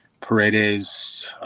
Paredes